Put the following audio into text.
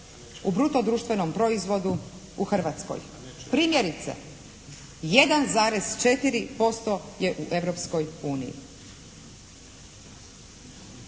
u bruto društvenom proizvodu u Hrvatskoj. Primjerice, 1,4% je u